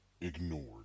ignored